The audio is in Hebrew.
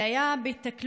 זה היה בהיתקלות